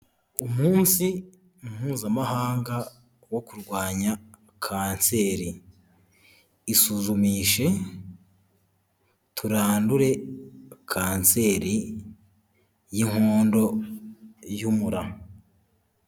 Umunsi mpuzamahanga wo kurwanya kanseri, isuzumishe turandure kanseri y'inkondo y'umura.